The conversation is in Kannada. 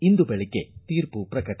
ಇಂದು ಬೆಳಿಗ್ಗೆ ತೀರ್ಮ ಪ್ರಕಟ